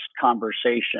conversation